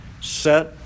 Set